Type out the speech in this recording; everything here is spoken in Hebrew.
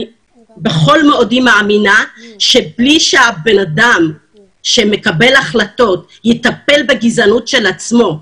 בכל מאודי מאמינה שבלי שהבן אדם שמקבל החלטות יטפל בגזענות של עצמו,